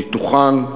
ניתוחן,